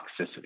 toxicity